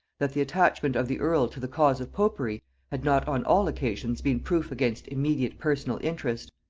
that the attachment of the earl to the cause of popery had not on all occasions been proof against immediate personal interest.